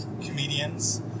comedians